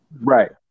Right